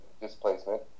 displacement